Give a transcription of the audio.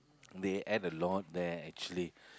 they ate a lot there actually